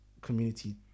community